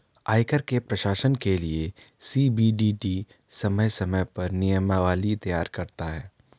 आयकर के प्रशासन के लिये सी.बी.डी.टी समय समय पर नियमावली तैयार करता है